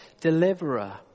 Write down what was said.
deliverer